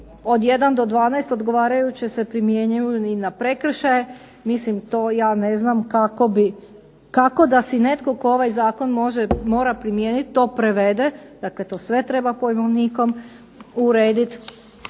od 1 do 12 odgovarajuće se primjenjuju na prekršaje. Mislim to ja ne znam kako da si netko tko ovaj zakon mora primijeniti to prevede, dakle to sve treba pojmovnikom urediti.